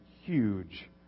huge